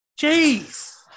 Jeez